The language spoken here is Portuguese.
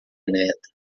neta